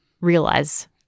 realize